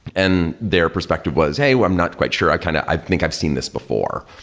and their perspective was, hey, i'm not quite sure i kind of i think i've seen this before.